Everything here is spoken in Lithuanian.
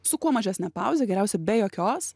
su kuo mažesne pauze geriausia be jokios